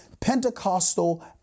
Pentecostal